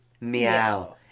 meow